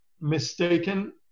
mistaken